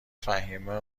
فهیمه